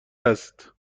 است